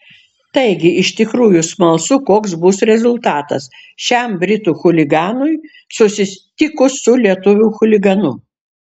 taigi iš tikrųjų smalsu koks bus rezultatas šiam britų chuliganui susitikus su lietuvių chuliganu